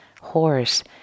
horse